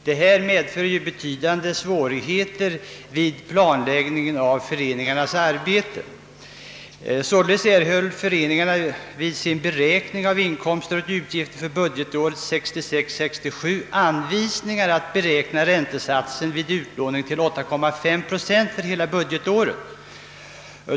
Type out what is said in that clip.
Detta måste medföra betydande svårigheter vid planläggningen av föreningarnas arbete; Således erhöll föreningarna vid sin beräkning av inkomster och utgifter för budgetåret 1966/67 anvisningar att beräkna räntesatsen vid utlåning till 8,5 procent för hela budgetåret.